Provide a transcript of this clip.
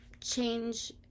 change